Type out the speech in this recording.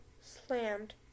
slammed